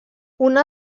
una